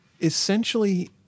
essentially